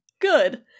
Good